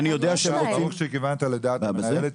ברוך שכיוונת לדעת המנהלת,